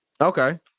Okay